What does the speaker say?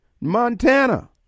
Montana